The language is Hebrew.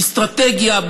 אסטרטגיה,